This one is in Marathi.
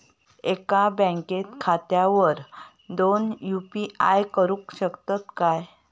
एका बँक खात्यावर दोन यू.पी.आय करुक शकतय काय?